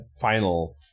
final